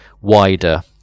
wider